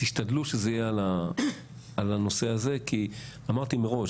תשתדלו שזה יהיה על הנושא הזה כי אמרתי מראש,